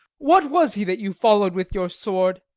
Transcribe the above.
what was he that you followed with your sword?